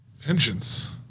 Vengeance